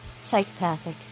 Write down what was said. Psychopathic